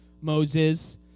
Moses